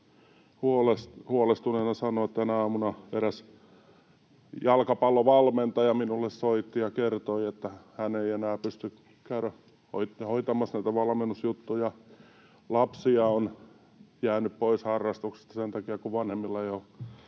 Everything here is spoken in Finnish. huolestuneena sanoa: Tänä aamuna eräs jalkapallovalmentaja minulle soitti ja kertoi, että hän ei enää pysty käymään hoitamassa näitä valmennusjuttuja. Lapsia on jäänyt pois harrastuksesta sen takia, kun vanhemmilla ei ole